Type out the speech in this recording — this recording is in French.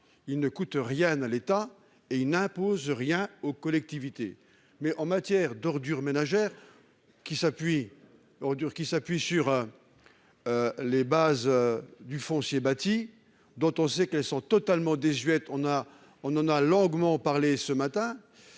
il ne coûte rien à l'État et il n'impose rien aux collectivités. La taxe d'enlèvement des ordures ménagères s'appuie sur les bases fiscales du foncier bâti, dont on sait qu'elles sont totalement désuètes- nous en avons longuement parlé ce matin.